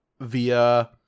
via